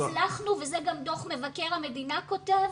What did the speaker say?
וזה גם דוח מבקר המדינה אומר,